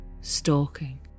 stalking